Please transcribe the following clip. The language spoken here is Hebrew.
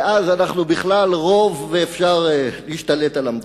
ואז אנחנו בכלל רוב, אפשר להשתלט על המדינה.